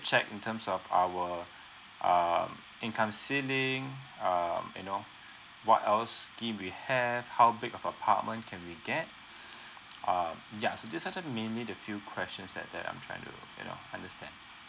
check in terms of our um income ceiling um you know what else we have how big of apartment can we get um yeah so these are the mainly the few questions that that I'm trying to you know understand